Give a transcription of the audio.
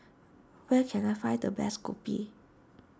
where can I find the best Kopi